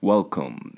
Welcome